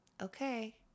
Okay